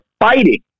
fighting